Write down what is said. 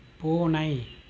பூனை